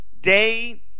day